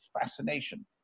fascination